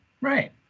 Right